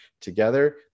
Together